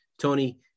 Tony